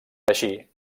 així